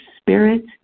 spirit